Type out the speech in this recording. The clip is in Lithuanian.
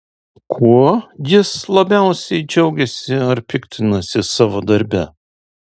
kuo jis labiausiai džiaugiasi ar piktinasi savo darbe